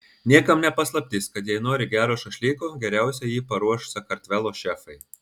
niekam ne paslaptis kad jei nori gero šašlyko geriausiai jį paruoš sakartvelo šefai